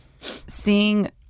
seeing